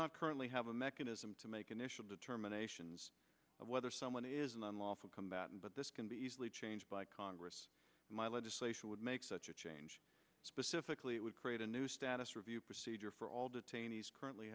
not currently have a mechanism to make initial determination of whether someone is an unlawful combatant but this can be easily changed by congress my legislation would make such a change specifically it would create a new status review procedure for all detainees currently